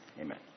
Amen